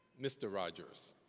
mr. rogers.